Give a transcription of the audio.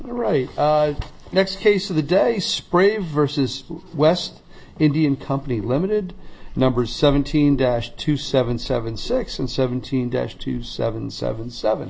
right next case of the day spring versus west indian company limited number seventeen dash to seven seven six and seventeen dash two seven seven seven